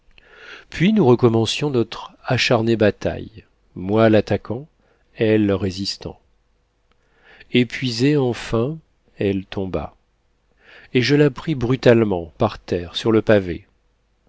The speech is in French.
puis nous recommencions notre acharnée bataille moi l'attaquant elle résistant épuisée enfin elle tomba et je la pris brutalement par terre sur le pavé